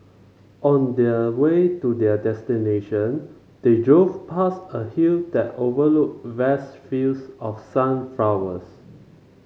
on the way to their destination they drove past a hill that overlooked vast fields of sunflowers